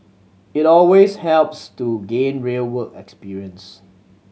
it always helps to gain real work experience